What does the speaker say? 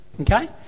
Okay